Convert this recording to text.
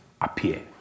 appear